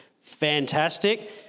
fantastic